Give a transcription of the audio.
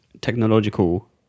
technological